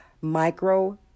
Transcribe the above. micro